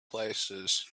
places